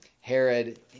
Herod